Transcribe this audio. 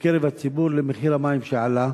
בקרב הציבור, למחיר המים שעלה.